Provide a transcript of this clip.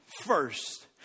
first